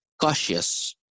cautious